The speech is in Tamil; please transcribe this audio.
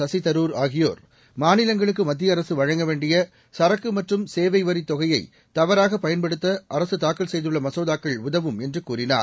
சசிதரூர் ஆகியோர் மாநிலங்களுக்கு மத்திய அரசு வழங்க வேண்டிய சரக்கு மற்றும் சேவை வரித் தொகையை தவறாக பயன்படுத்த அரசு தாக்கல் செய்துள்ள மசோதாக்கள் உதவும் என்று கூறினார்